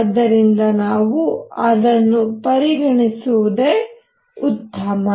ಆದ್ದರಿಂದ ನಾವು ಅದನ್ನು ಪರಿಗಣಿಸುವುದೇ ಉತ್ತಮ